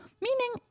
meaning